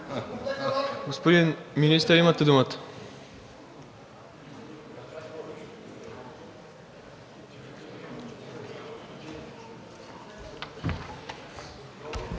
Господин Министър, имате думата.